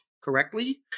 correctly